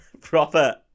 proper